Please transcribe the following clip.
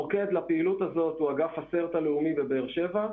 המוקד לפעילות הזו הוא אגף ה- -- הלאומי בבאר שבע.